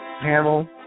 panel